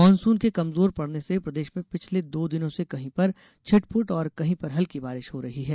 monsoon के कमजोर पड़ने से प्रदेश में पिछले दो दिनों से कहीं पर छिटपुट और कहीं पर हल्की बारिश हो रही है